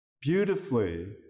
beautifully